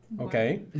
okay